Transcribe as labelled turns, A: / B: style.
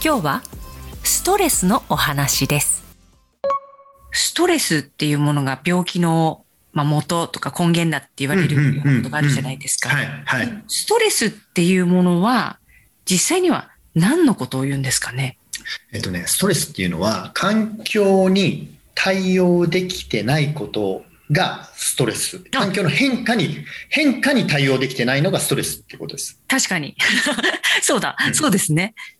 A: 今日はストレスのお話です。ストレスっていうものが病気の、まあ、元とか根源だって言われるような
B: うんうんうんうん。
A: ことがあるじゃないですか。
B: はいはい。
A: ストレスっていうものは、実際には何のことを言うんですかね？
B: えっとね、ストレスっていうのは環境に対応できてないことがストレス。環境の変化に-
A: あ。
B: 変化に対応できてないのがストレスってことです。
A: 確かに。 そうだ。
B: うん。
A: そうですね。